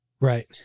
Right